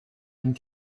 and